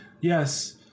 yes